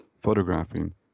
photographing